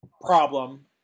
problem